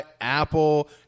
Apple